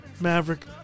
Maverick